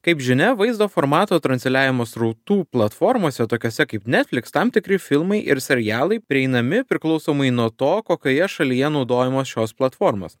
kaip žinia vaizdo formato transliavimo srautų platformose tokiose kaip netflix tam tikri filmai ir serialai prieinami priklausomai nuo to kokioje šalyje naudojamos šios platformos